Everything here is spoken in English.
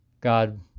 god